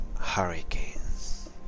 hurricanes